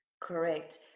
Correct